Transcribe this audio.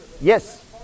Yes